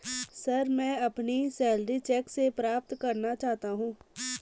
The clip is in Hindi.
सर, मैं अपनी सैलरी चैक से प्राप्त करना चाहता हूं